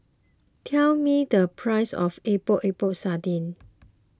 tell me the price of Epok Epok Sardin